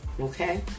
Okay